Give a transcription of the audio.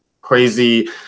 crazy